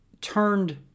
turned